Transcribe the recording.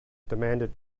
demanded